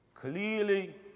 Clearly